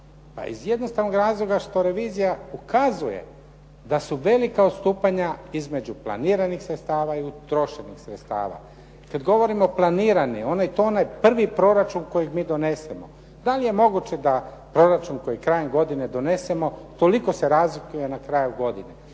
Pa iz jednostavnog razloga što revizija ukazuje da su velika odstupanja između planiranih sredstava i utrošenih sredstava. Kad govorimo planirani, to je onaj prvi proračun kojeg mi donesemo. Da li je moguće da proračun koji krajem godine donesemo toliko se razlikuje na kraju godine?